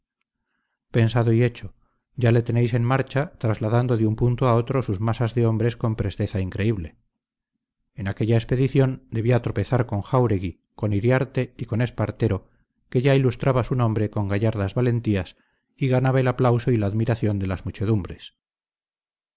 pensado y hecho ya le tenéis en marcha trasladando de un punto a otro sus masas de hombres con presteza increíble en aquella expedición debía tropezar con jáuregui con iriarte y con espartero que ya ilustraba su nombre con gallardas valentías y ganaba el aplauso y la admiración de las muchedumbres